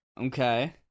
Okay